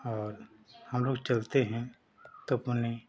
और हमलोग चलते हैं तो अपनी